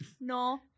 No